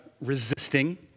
resisting